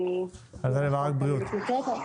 נאחל לה רק בריאות.